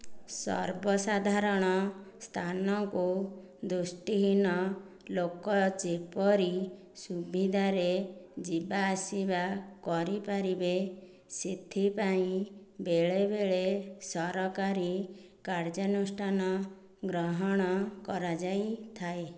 ସର୍ବସାଧାରଣ ସ୍ଥାନକୁ ଦୃଷ୍ଟିହୀନ ଲୋକ ଯେପରି ସୁବିଧାରେ ଯିବାଆସିବା କରିପାରିବେ ସେଥିପାଇଁ ବେଳେବେଳେ ସରକାରୀ କାର୍ଯ୍ୟାନୁଷ୍ଠାନ ଗ୍ରହଣ କରାଯାଇଥାଏ